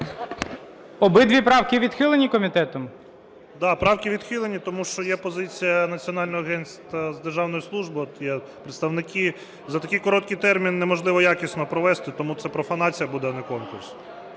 Обидві правки відхилені комітетом? 14:10:09 КОРНІЄНКО О.С. Так, правки відхилені, тому що є позиція Національного агентства з державної служби, тут є представники. За такий короткий термін неможливо якісно провести, тому це профанація буде, а не конкурс.